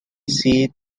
seat